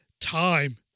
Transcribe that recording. time